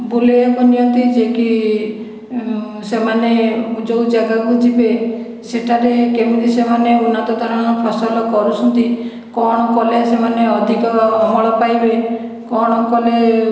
ବୁଲେଇବାକୁ ନିଅନ୍ତି ଯିଏକି ସେମାନେ ଯେଉଁ ଜାଗାକୁ ଯିବେ ସେଠାରେ କେମିତି ସେମାନେ ଉନ୍ନତଧରଣର ଫସଲ କରୁଛନ୍ତି କ'ଣ କଲେ ସେମାନେ ଅଧିକ ହଳ ପାଇବେ କ'ଣ କଲେ